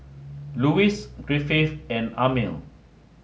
Lewis Griffith and Amil